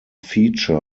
feature